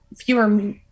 fewer